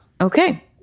Okay